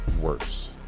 worse